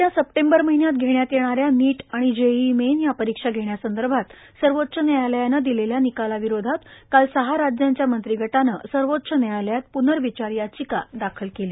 येत्या सप्टेंबर महिन्यात घेण्यात येणाऱ्या नीट आणि जे ई ई मेन या परीक्षा घेण्यासंदर्भात सर्वोच्च न्यायालयाने दिलेल्या निकालाविरोधात काल सहा राज्यांच्या मंत्रिगटाने सर्वोच्च न्यायालयात प्नर्विचार याचिका दाखल केली